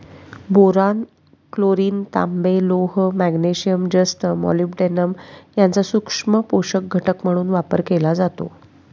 boron, chlorine, तांबे, लोह, magnesium, जस्त आणि मॉलिब्डेनम यांचा सूक्ष्म पोषक घटक म्हणून वापर केला जातो